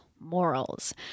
morals